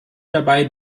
dabei